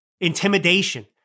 intimidation